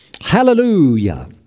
Hallelujah